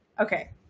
Okay